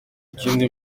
ikindi